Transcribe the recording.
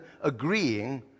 agreeing